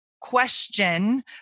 question